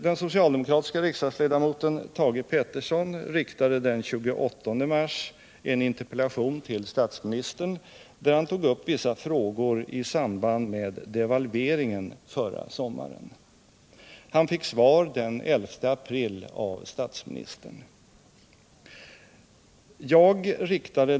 Den socialdemokratiske riksdagsledamoten Thage Peterson riktade den 28 mars en interpellation till statsministern, där han tog upp vissa frågor som har samband med devalveringen förra sommaren. Han fick svar den 11 april av statsministern.